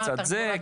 קצת זה,